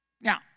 Now